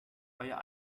euer